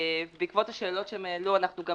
ובעקבות השאלות שהם העלו, אנחנו גם